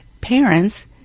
parents